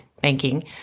Banking